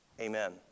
Amen